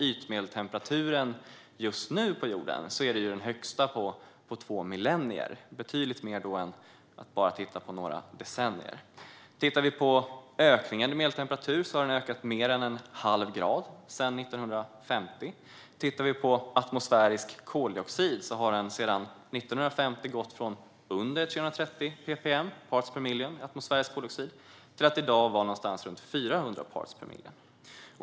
Ytmedeltemperaturen på jorden just nu är den högsta på två millennier; då tittar vi på betydligt mer än bara några decennier. Medeltemperaturen har ökat med mer än en halv grad sedan 1950. Atmosfärisk koldioxid har sedan 1950 gått från under 330 ppm, parts per million, till att i dag vara någonstans runt 400 ppm.